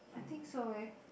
I think so eh